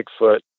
Bigfoot